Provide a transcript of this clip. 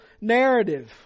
narrative